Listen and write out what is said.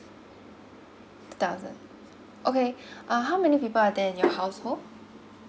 two thousand okay uh how many people are there in your household